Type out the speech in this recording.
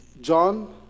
John